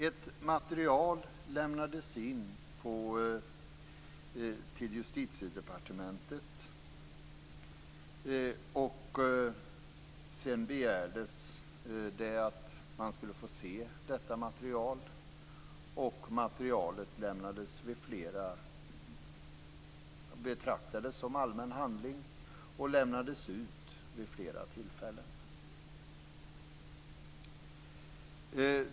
Ett material lämnades in till Justitiedepartementet. Sedan begärdes det att man skulle få se detta material. Materialet betraktades som allmän handling och lämnades ut vid flera tillfällen.